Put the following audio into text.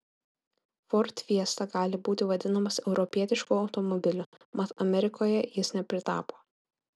ford fiesta gali būti vadinamas europietišku automobiliu mat amerikoje jis nepritapo